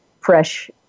fresh